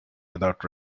without